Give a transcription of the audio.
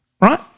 right